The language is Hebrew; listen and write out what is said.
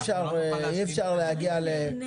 אי אפשר להגיע --- זה צריך להיות לפני,